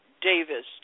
Davis